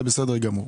זה בסדר גמור.